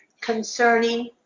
concerning